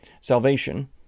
Salvation